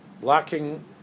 blocking